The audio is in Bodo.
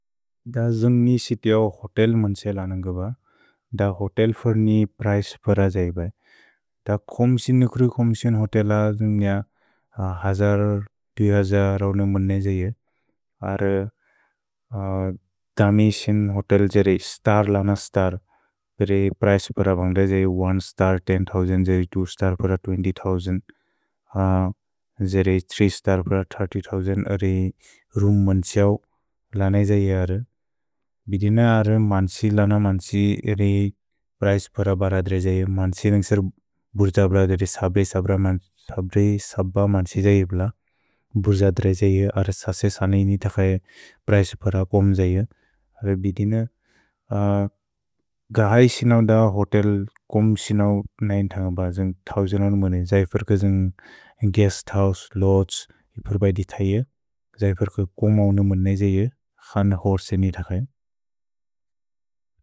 द जुन्ग्नि सितिऔ क्सोतेल् मन्त्सिअ लनन्ग्ब, द क्सोतेल् फर्नि प्रएस् पर जै बए। द क्सोम् सिनु क्रु क्सोम् सिनु क्सोतेल जुन्ग्निअ हजार्, तुइ हजार् रौनु मन्ने जै बए। आर् दमि सिनु क्सोतेल् जरे स्तर् लन स्तर्, पेरे प्रएस् पर भन्ग्र जै ओने स्तर् तेन् थोउसन्द्, जरे त्वो स्तर् पर त्वेन्त्य् थोउसन्द्, जरे थ्री स्तर् पर थिर्त्य् थोउसन्द्, अरे रूम् मन्त्सिऔ लन जै आर्। भिदिन आर् मन्त्सिअ लन मन्त्सिअ रए प्रएस् पर भरद् रए जै, मन्त्सिअ लन्ग्सर् बुर्ज ब्लदरे सब्रे सब्र मन्त्सिअ जै ब्लद्, बुर्ज द्रए जै, आर् ससे सन इनि तक्स जै प्रएस् पर कोम् जै। भिदिन ग है सिनौ द क्सोतेल् कोम् सिनौ नैन तन्ग ब जुन्ग् थोउसन्दौनु मन्ने, जैफुर्क जुन्ग् गुएस्त् होउसे, लोद्गे, इपुर् बए दितै जै, जैफुर्क कोमौनु मन्ने जै जै, क्सन क्सोर्सेन तक्स जै।